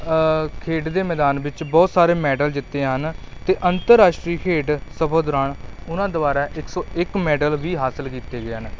ਖੇਡ ਦੇ ਮੈਦਾਨ ਵਿੱਚ ਬਹੁਤ ਸਾਰੇ ਮੈਡਲ ਜਿੱਤੇ ਹਨ ਅਤੇ ਅੰਤਰਰਾਸ਼ਟਰੀ ਖੇਡ ਸਭਾ ਦੌਰਾਨ ਉਹਨਾਂ ਦੁਆਰਾ ਇੱਕ ਸੌ ਇੱਕ ਮੈਡਲ ਵੀ ਹਾਸਲ ਕੀਤੇ ਗਏ ਹਨ